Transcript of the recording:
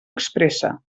expressa